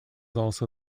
also